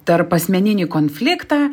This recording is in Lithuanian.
tarpasmeninį konfliktą